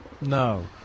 No